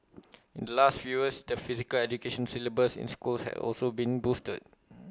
in the last few years the physical education syllabus in schools has also been boosted